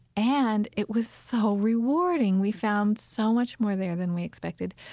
and it was so rewarding. we found so much more there than we expected.